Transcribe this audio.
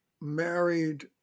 married